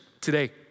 today